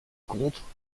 contre